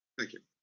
thank you.